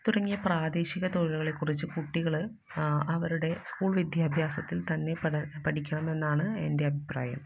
തുടങ്ങിയ പ്രാദേശിക തൊഴിലുകളെക്കുറിച്ച് കുട്ടികൾ അവരുടെ സ്കൂള് വിദ്യാഭ്യാസത്തില് തന്നെ പഠ പഠിക്കണമെന്നാണ് എന്റെ അഭിപ്രായം